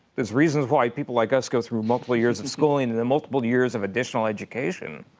there's reasons why people like us go through multiple years of schooling, and then multiple years of additional education.